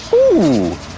ooh,